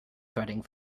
threading